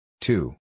two